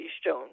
Stone